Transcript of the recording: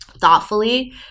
thoughtfully